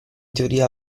teoria